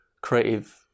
creative